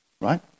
Right